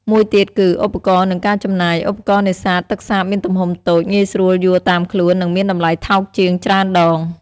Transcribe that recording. មួយទៀតគឺ ឧបករណ៍ និងការចំណាយ។ ឧបករណ៍នេសាទទឹកសាបមានទំហំតូច ងាយស្រួលយួរតាមខ្លួន និងមានតម្លៃថោកជាងច្រើនដង។